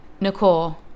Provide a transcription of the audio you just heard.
Nicole